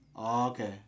Okay